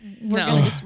No